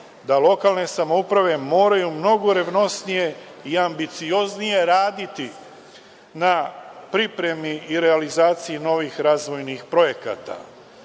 da lokalne samouprave moraju mnogo revnosnije i ambicioznije raditi na pripremi i realizaciji novih razvojnih projekata. Prevaziđen